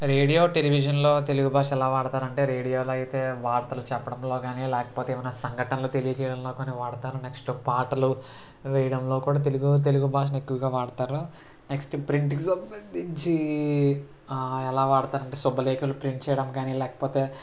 radio టెలివిజన్లో తెలుగు భాష ఎలా వాడతారు అంటే రేడియోలో అయితే వార్తలు చెప్పడంలో కానీ లేకపోతే ఏమైనా సంఘటనలు తెలియజేయడంలో కానీ వాడతారు నెక్స్ట్ పాటలు వేయడంలో కూడా తెలుగు తెలుగు భాషను ఎక్కువగా వాడతారు నెక్స్ట్ ప్రింట్కు సంబంధించి ఎలా వాడతారు అంటే శుభలేఖలు ప్రింట్ చేయడం కానీ లేకపోతే